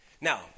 Now